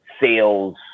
sales